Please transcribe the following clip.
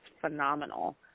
phenomenal